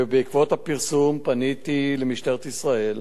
ובעקבות הפרסום, פניתי למשטרת ישראל